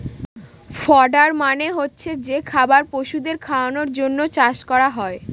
fodder মানে হচ্ছে যে খাবার পশুদের খাওয়ানোর জন্য চাষ করা হয়